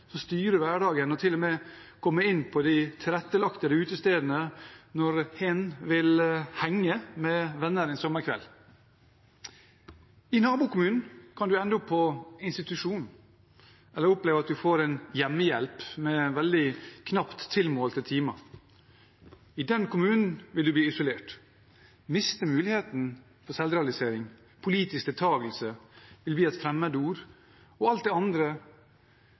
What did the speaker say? styrer hverdagen, og til og med kommer inn på de tilrettelagte utestedene når hen vil henge med venner en sommerkveld. I nabokommunen kan man ende opp på institusjon, eller oppleve at man får en hjemmehjelp med veldig knapt tilmålte timer. I den kommunen vil man bli isolert, miste muligheten for selvrealisering. Politisk deltakelse vil bli et fremmedord, og alt det andre